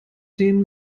dem